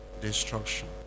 Destruction